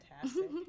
Fantastic